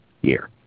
year